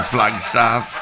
Flagstaff